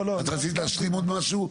את רצית להשלים עוד משהו?